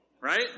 Right